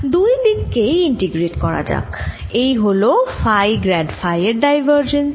দুই দিক কেই ইন্টিগ্রেট করা যাক এই হল ফাই গ্র্যাড ফাই এর ডাইভারজেন্স